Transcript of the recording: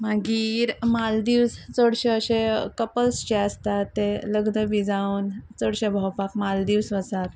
मागीर मालदीव्स चडशे अशे कपल्स जे आसता ते लग्न बी जावन चडशे भोंवपाक मालदीवस वतात